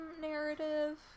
narrative